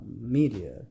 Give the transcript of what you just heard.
media